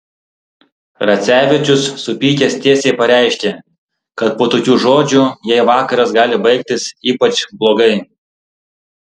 racevičius supykęs tiesiai pareiškė kad po tokių žodžių jai vakaras gali baigtis ypač blogai